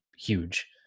huge